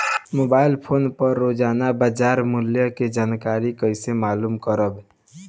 Mobile phone पर रोजाना बाजार मूल्य के जानकारी कइसे मालूम करब?